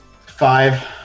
Five